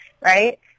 right